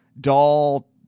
doll